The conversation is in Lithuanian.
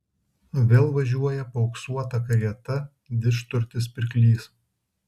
vėl važiuoja paauksuota karieta didžturtis pirklys